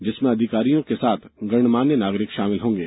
जिसमें अधिकारियों के साथ गणमान्य नागरिक शामिल होंगे